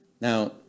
Now